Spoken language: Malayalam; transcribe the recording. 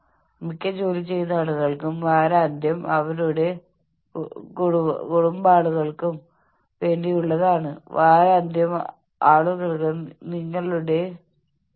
കമ്പ്യൂട്ടറിന് മുന്നിൽ ഒരു മണിക്കൂറോളം ഇരുന്ന ശേഷം മൂന്നോ നാലോ തവണ ഈ കഴുത്ത് വ്യായാമം ചെയ്യുന്നത് സമ്മർദ്ദം ഒഴിവാക്കാൻ നിങ്ങളെ സഹായിക്കും